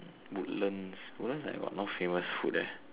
Woodlands Woodlands like got no famous food